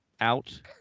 out